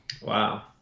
Wow